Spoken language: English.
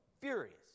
furious